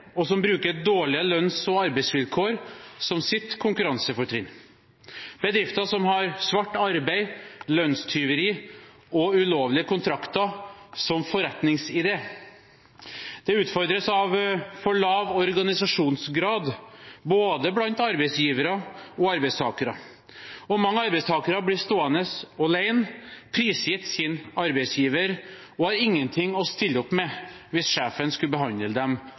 og som bruker dårlige lønns- og arbeidsvilkår som sitt konkurransefortrinn, bedrifter som har svart arbeid, lønnstyveri og ulovlige kontrakter som forretningsidé. Det utfordres av for lav organisasjonsgrad, blant både arbeidsgivere og arbeidstakere, og mange arbeidstakere blir stående alene, prisgitt sin arbeidsgiver, og har ingenting å stille opp med hvis sjefen skulle behandle dem